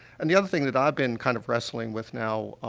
and the other thing that i've been kind of wrestling with now, ah,